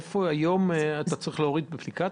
איפה היום את צריכה להוריד אפליקציה?